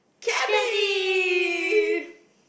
cabby